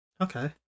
Okay